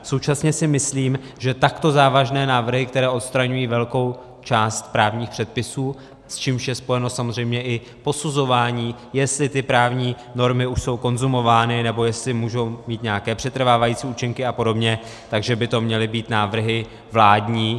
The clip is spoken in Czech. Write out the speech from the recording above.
Současně si myslím, že takto závažné návrhy, které odstraňují velkou část právních předpisů, s čímž je spojeno samozřejmě i posuzování, jestli ty právní normy už jsou konzumovány, nebo jestli můžou mít nějaké přetrvávající účinky a podobně, že by to měly být návrhy vládní.